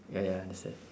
ya ya understand